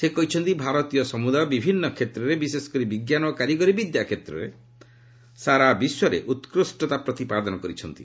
ସେ କହିଛନ୍ତି ଭାରତୀୟ ସମୁଦାୟ ବିଭିନ୍ନ କ୍ଷେତ୍ରରେ ବିଶେଷକରି ବିଜ୍ଞାନ ଓ କାରିଗରି ବିଦ୍ୟା କ୍ଷେତ୍ରରେ ସାରା ବିଶ୍ୱରେ ଉକ୍କୁଷ୍ଟତା ପ୍ରତିପାଦନ କରିଛି